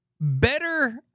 better